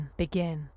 begin